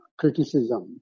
criticism